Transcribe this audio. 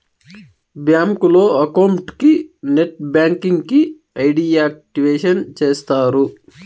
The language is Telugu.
బ్యాంకులో అకౌంట్ కి నెట్ బ్యాంకింగ్ కి ఐ.డి యాక్టివేషన్ చేస్తారు